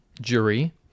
jury